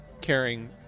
caring